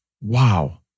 Wow